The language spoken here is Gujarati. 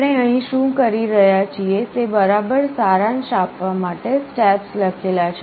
આપણે અહીં શું કરી રહ્યા છીએ તે બરાબર સારાંશ આપવા માટે સ્ટેપ્સ લખેલા છે